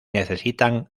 necesitan